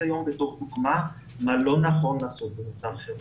היום בתור דוגמה מה לא נכון לעשות במצב חירום.